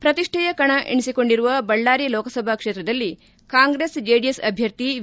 ಪ್ರತಿಷ್ಠೆಯ ಕಣ ಎನಿಸಿಕೊಂಡಿರುವ ಬಳ್ಳಾರಿ ಲೋಕಸಭಾ ಕ್ಷೇತ್ರದಲ್ಲಿ ಕಾಂಗ್ರೆಸ್ ಜೆಡಿಎಸ್ ಅಭ್ಯರ್ಥಿ ವಿ